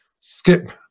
skip